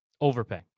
Overpay